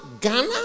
Ghana